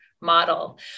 model